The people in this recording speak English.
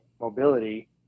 mobility